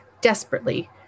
desperately